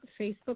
Facebook